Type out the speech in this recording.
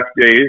days